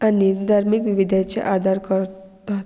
आनी धार्मीक विविद्याचे आदार करतात